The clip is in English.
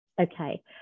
okay